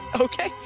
Okay